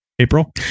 April